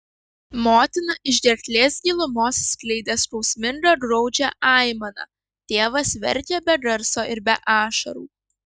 motina iš gerklės gilumos skleidė skausmingą graudžią aimaną tėvas verkė be garso ir be ašarų